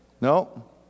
No